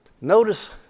Notice